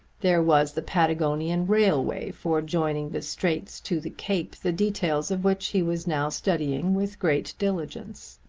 there was the patagonian railway for joining the straits to the cape the details of which he was now studying with great diligence.